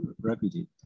reputed